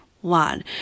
one